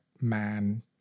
man